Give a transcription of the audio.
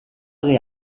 alle